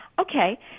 okay